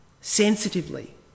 sensitively